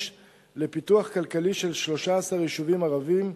לפיתוח כלכלי של 13 יישובים ערביים,